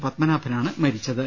പത്മനാഭനാണ് മരിച്ചത്